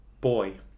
boy